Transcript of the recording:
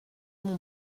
mon